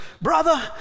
brother